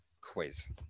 quiz